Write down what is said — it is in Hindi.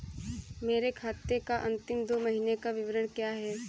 मेरे खाते का अंतिम दो महीने का विवरण क्या है?